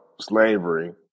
slavery